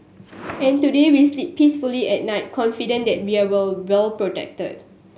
and today we sleep peacefully at night confident that we are well protected